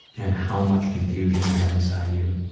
and how much confusion you have inside you.